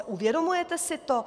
Uvědomujete si to?